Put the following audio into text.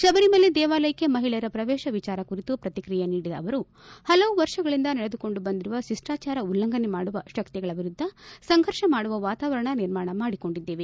ಶಬರಿಮಲೆ ದೇವಾಲಯಕ್ಕೆ ಮಹಿಳೆಯರ ಪ್ರವೇಶ ವಿಚಾರ ಕುರಿತು ಪ್ರತಿಕ್ರಿಯೆ ನೀಡಿದ ಅವರು ಪಲವು ವರ್ಷಗಳಿಂದ ನಡೆದುಕೊಂಡು ಬಂದಿರುವ ಶಿಷ್ಟಚಾರ ಉಲ್ಲಂಘನೆ ಮಾಡುವ ಶಕ್ತಿಗಳ ವಿರುದ್ದ ಸಂಘರ್ಷ ಮಾಡುವ ವಾತಾವರಣ ನಿರ್ಮಾಣ ಮಾಡಿಕೊಂಡಿದ್ದೇವೆ